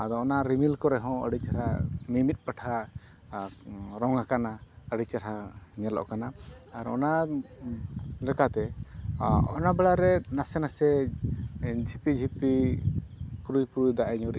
ᱟᱫᱚ ᱚᱱᱟ ᱨᱤᱢᱤᱞ ᱠᱚᱨᱮ ᱦᱚᱸ ᱟᱹᱰᱤ ᱪᱮᱦᱨᱟ ᱢᱤᱢᱤᱫ ᱯᱟᱦᱴᱷᱟ ᱨᱚᱝ ᱟᱠᱟᱱᱟ ᱟᱹᱰᱤ ᱪᱮᱦᱨᱟ ᱧᱞᱚᱜ ᱠᱟᱱᱟ ᱟᱨ ᱚᱱᱟ ᱞᱮᱠᱟᱛᱮ ᱚᱱᱟ ᱵᱮᱲᱟ ᱨᱮ ᱱᱟᱥᱮ ᱱᱟᱥᱮ ᱡᱷᱤᱯᱤ ᱡᱷᱤᱯᱤ ᱯᱩᱞᱩᱭ ᱯᱩᱞᱩᱭ ᱫᱟᱜ ᱮ ᱧᱩᱨᱮᱜᱼᱟ